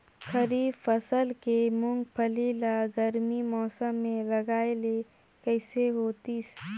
खरीफ फसल के मुंगफली ला गरमी मौसम मे लगाय ले कइसे होतिस?